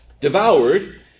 Devoured